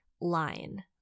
line